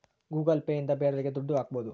Google Pay ಇಂದ ಬೇರೋರಿಗೆ ದುಡ್ಡು ಹಾಕ್ಬೋದು